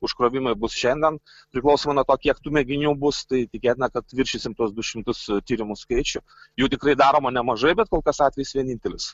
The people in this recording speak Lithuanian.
užkrovimai bus šiandien priklausoma nuo to kiek tų mėginių bus tai tikėtina kad viršysim tuos du šimtus tyrimų skaičių jų tikrai daroma nemažai bet kol kas atvejis vienintelis